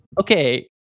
Okay